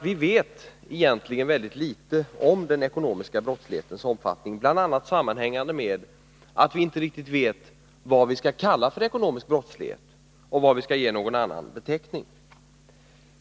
Vi vet egentligen väldigt litet om den ekonomiska brottslighetens omfattning, och det sammanhänger bl.a. med att vi inte riktigt vet vad vi skall kalla ekonomisk brottslighet och vad vi skall ge någon annan beteckning.